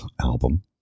album